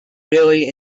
really